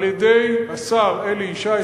על-ידי השר אלי ישי,